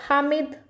Hamid